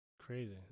Crazy